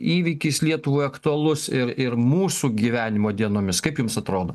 įvykis lietuvai aktualus ir ir mūsų gyvenimo dienomis kaip jums atrodo